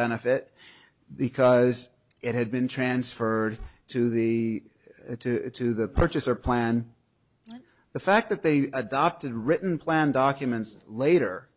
benefit because it had been transferred to the to the purchaser plan the fact that they adopted written plan documents later